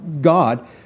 God